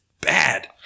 bad